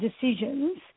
decisions